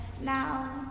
Now